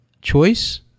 choice